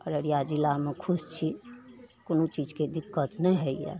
अररिया जिलामे खुश छी कोनो चीजके दिक्कत नहि होइए